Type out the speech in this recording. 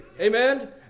Amen